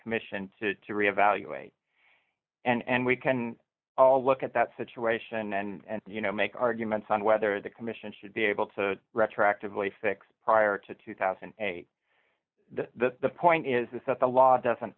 commission to re evaluate and we can all look at that situation and you know make arguments on whether the commission should be able to retroactively fix prior to two thousand and eight that the point is that the law doesn't